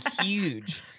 huge